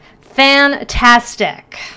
fantastic